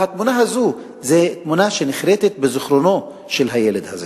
והתמונה הזאת זה תמונה שנחרתת בזיכרונו של הילד הזה.